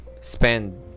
spend